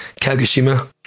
Kagoshima